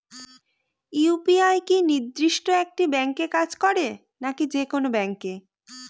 UPI কি নির্দিষ্ট একটি ব্যাংকে কাজ করে নাকি যে কোনো ব্যাংকে?